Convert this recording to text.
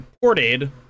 ported